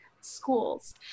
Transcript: schools